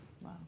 Wow